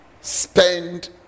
Spend